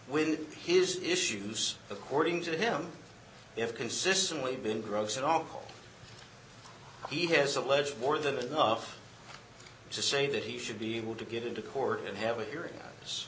when his issues according to him if consistently been gross at all he has alleged more than enough to say that he should be able to get into court and have a hearing o